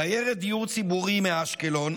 דיירת דיור ציבורי מאשקלון,